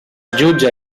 jutge